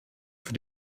für